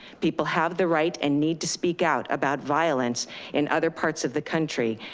people have the right and need to speak out about violence in other parts of the country.